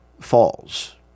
falls